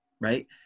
right